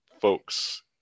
folks